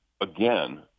again